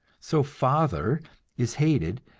so father is hated,